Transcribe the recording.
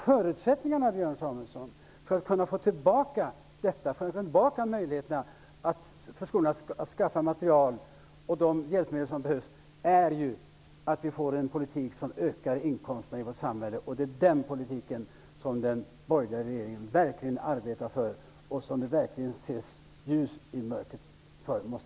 Förutsättningarna för att få tillbaka möjligheterna för skolan att skaffa material och de hjälpmedel som behövs är ju att vi får en politik som ökar inkomsterna i vårt samhälle. Det är den politiken som den borgerliga regeringen verkligen arbetar för, och jag måste säga att det syns ljus i mörkret.